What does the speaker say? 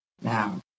now